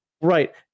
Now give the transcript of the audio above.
Right